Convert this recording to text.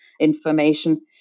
information